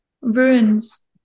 ruins